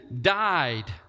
died